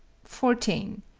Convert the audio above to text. fourteen.